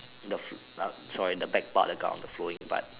the f sorry the back part of the gown the flowing part